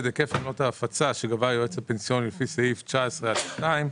היקף עמלות ההפצה שגבה היועץ הפנסיוני לפי סעיף 19(א)(2).